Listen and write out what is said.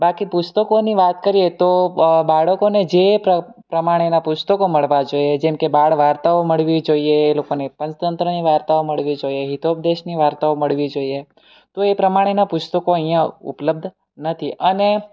બાકી પુસ્તકોની વાત કરીએ તો બાળકોને જે પ્રમાણેનાં પુસ્તકો મળવા જોઈએ જેમકે બાળ વાર્તાઓ મળવી જોઈએ એ લોકોને પંચતંત્રની વાર્તાઓ મળવી જોઈએ તો હિતોપદેશની વાર્તાઓ મળવી જોઈએ તો એ પ્રમાણેનાં પુસ્તકો અહીંયા ઉપલબ્ધ નથી અને